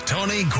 Tony